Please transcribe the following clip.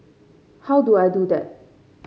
how do I do that